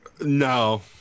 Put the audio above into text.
No